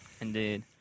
Indeed